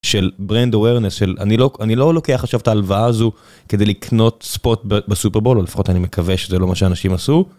של ברנדו ארנס, של אני לא אני לא לוקח עכשיו את הלוואה הזו כדי לקנות ספוט בסופרבול, לפחות אני מקווה שזה לא מה שאנשים עשו.